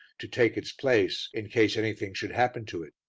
to take its place in case anything should happen to it.